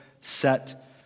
set